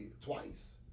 Twice